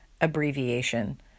abbreviation